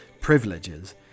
privileges